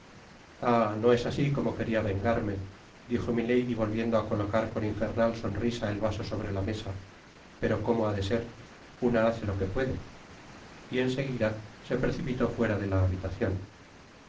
no es asi como queria vengarme dijo milady volviendo á colocar con infernal sonrisa el vaso sobre la mesa pero cómo ha de ser una hace lo que paede t en seguida se precipitó fuera de la habitacion